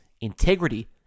integrity